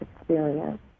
experience